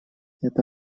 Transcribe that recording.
это